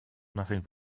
nothing